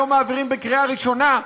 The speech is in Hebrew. היום מעבירים בקריאה ראשונה.